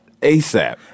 ASAP